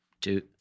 Two